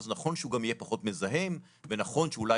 אז נכון שהוא גם יהיה פחות מזהם,